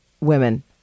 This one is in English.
women